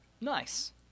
Nice